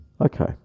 Okay